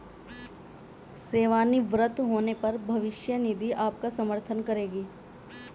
सेवानिवृत्त होने पर भविष्य निधि आपका समर्थन करेगी